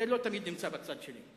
זה לא תמיד נמצא בצד שלי.